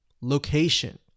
location